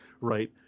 right